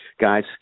Guys